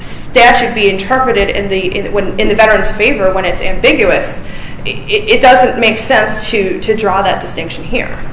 statute be interpreted in the in the veterans favor when it's ambiguous it doesn't make sense to draw that distinction here